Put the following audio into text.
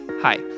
Hi